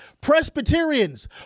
Presbyterians